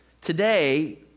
Today